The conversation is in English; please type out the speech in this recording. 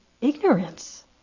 ignorance